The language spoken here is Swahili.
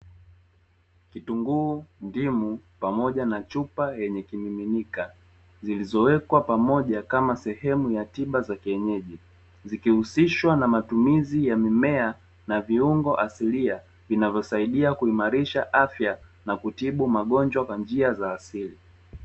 Kitunguu, ndimu pamoja na chupa yenye kimiminika, zilizowekwa pamoja kama sehemu ya tiba za kienyeji zikihusishwa na matumizi ya mimea na viungo asilia vinavyosaidia kuimarisha afya na kutibu magonjwa kwa njia za asili.